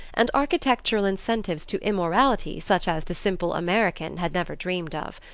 and architectural incentives to immorality such as the simple american had never dreamed of.